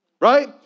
right